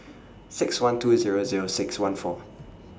six one two Zero Zero six one four